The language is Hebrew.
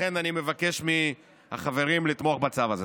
לכן אני מבקש מהחברים לתמוך בצו הזה.